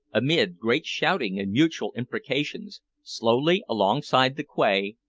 amid great shouting and mutual imprecations, slowly alongside the quay,